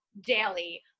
daily